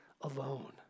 alone